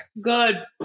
Good